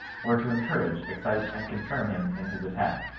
or to encourage, excite, and confirm him in his attack.